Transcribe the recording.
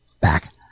back